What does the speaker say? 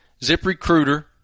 ZipRecruiter